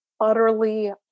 utterly